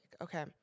Okay